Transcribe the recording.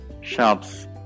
shops